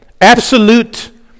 absolute